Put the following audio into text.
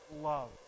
love